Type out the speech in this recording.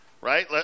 right